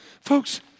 Folks